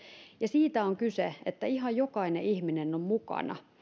ja siitä on kyse että ihan jokainen ihminen on mukana ja